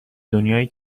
دنیایی